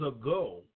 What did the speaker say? ago